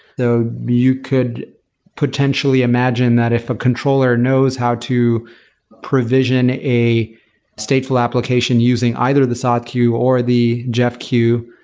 though you could potentially imagine that if a controller knows how to provision a stateful application using either the saad queue or the jeff queue,